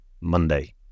monday